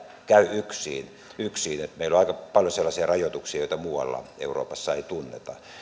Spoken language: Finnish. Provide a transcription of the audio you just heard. käy yksiin meillä on aika paljon sellaisia rajoituksia joita muualla euroopassa ei tunneta